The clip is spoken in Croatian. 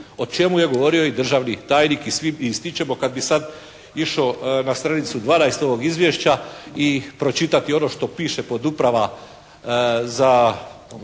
o čemu je govorio i državni tajnik i svi ističemo kad bi sada išao na stranicu 12 ovog izvješća, i pročitati ono što piše pod uprava za